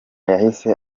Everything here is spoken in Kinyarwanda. yahise